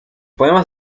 poemas